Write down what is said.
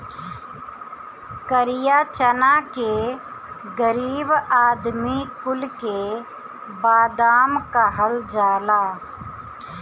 करिया चना के गरीब आदमी कुल के बादाम कहल जाला